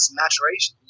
maturation